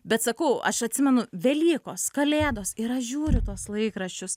bet sakau aš atsimenu velykos kalėdos ir aš žiūriu tuos laikraščius